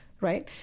Right